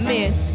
Miss